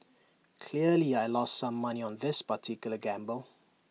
clearly I lost some money on this particular gamble